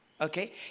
okay